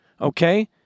okay